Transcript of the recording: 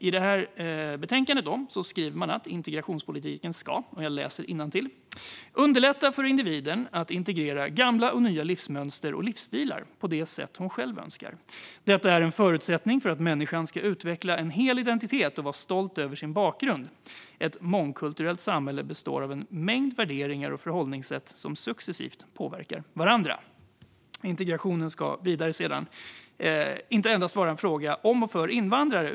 I propositionen skrev man att integrationspolitiken ska "underlätta för individen att integrera gamla och nya livsmönster och livsstilar på det sätt hon själv önskar. Detta är en förutsättning för att människan skall utveckla en hel identitet och vara stolt över sin bakgrund. - Ett mångkulturellt samhälle består av en mångfald värderingar och förhållningssätt som successivt påverkar varandra." Vidare skrev man att integrationen ska vara "inte endast en fråga om och för invandrare.